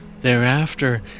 Thereafter